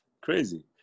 crazy